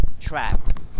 trapped